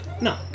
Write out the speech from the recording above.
No